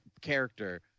character